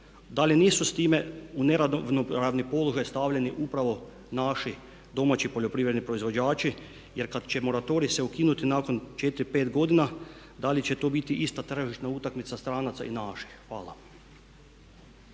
da li nisu s time u neravnopravni položaj stavljeni upravo naši domaći poljoprivredni proizvođači jer kad će moratorij ukinuti nakon 4, 5 godina da li će to biti ista tržišna utakmica stranaca i naših. Hvala.